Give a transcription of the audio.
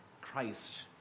Christ